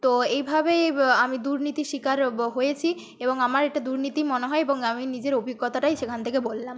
তো এইভাবেই আমি দুর্নীতির শিকার হয়েছি এবং আমার এটা দুর্নীতিই মনে হয় এবং আমি নিজের অভিজ্ঞতাটাই সেখান থেকে বললাম